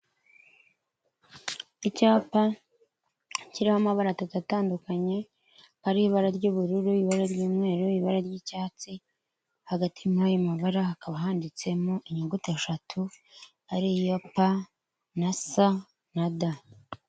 Icyapa kiriho amabara atatu atandukanye, hari ibara ry'ubururu, ibara ry'umweru, ibara ry'icyatsi, hagati muri ayo mabara hakaba handitsemo inyuguti eshatu ari yo PSD.